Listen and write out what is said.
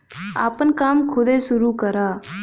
आपन काम खुदे सुरू करा